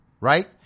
right